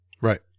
Right